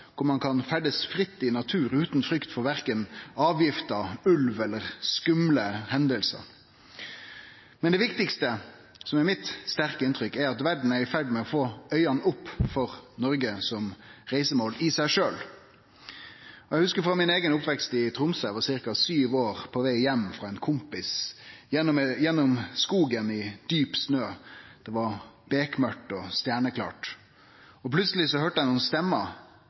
ein kan ferdast fritt i naturen utan frykt for verken avgifter, ulv eller skumle hendingar. Men det viktigaste, som er mitt sterke inntrykk, er at verda er i ferd med å få auga opp for Noreg som reisemål i seg sjølv. Eg hugsar frå min eigen oppvekst i Tromsø, da eg var ca. sju år og på veg heim frå ein kompis gjennom skogen i djup snø. Det var bekmørkt og stjerneklart. Plutseleg